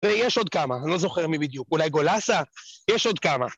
ויש עוד כמה, אני לא זוכר מי בדיוק, אולי גולאסה, יש עוד כמה.